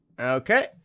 Okay